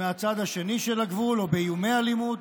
מהצד השני של הגבול או באיומי אלימות,